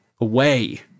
away